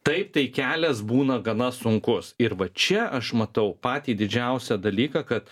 taip tai kelias būna gana sunkus ir va čia aš matau patį didžiausią dalyką kad